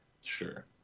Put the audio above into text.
Sure